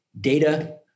data